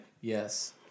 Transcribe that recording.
Yes